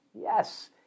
yes